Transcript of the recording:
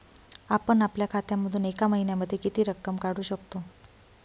आपण आपल्या खात्यामधून एका महिन्यामधे किती रक्कम काढू शकतो?